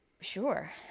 Sure